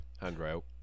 handrail